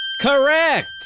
Correct